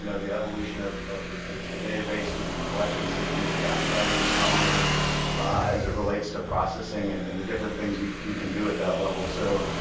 you know the evolution of of the the databases and the collection systems have gotten better and stronger as it relates to processing and and the different things you you can do at that level. so